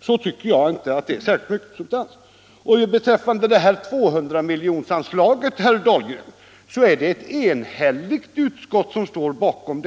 som vi fick oss till livs före middagspausen tycker jag inte att det är mycket substans. 200-miljonerkronorsanslaget, herr Dahlgren, står ett enhälligt utskott bakom.